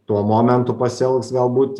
tuo momentu pasielgs galbūt